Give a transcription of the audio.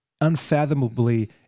unfathomably